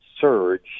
surge